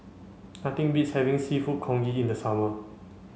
nothing beats having Seafood Congee in the summer